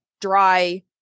dry